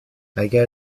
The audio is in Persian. اگر